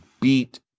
beat